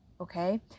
okay